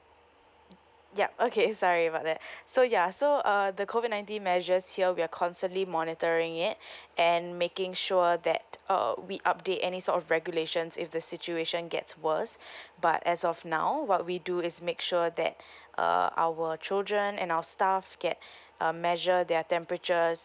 yup okay sorry about that so ya so uh the COVID nineteen measures here we are constantly monitoring it and making sure that uh we update any sort of regulations if the situation gets worse but as of now what we do is make sure that uh our children and our staff get uh measure their temperatures